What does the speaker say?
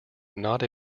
not